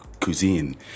cuisine